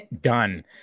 Done